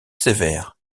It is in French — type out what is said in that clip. sévères